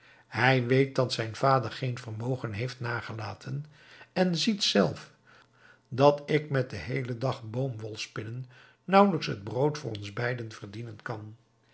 hij weet dat zijn vader geen vermogen heeft nagelaten en ziet zelf dat ik met den heelen dag boomwol spinnen nauwelijks het brood voor ons beiden verdienen kan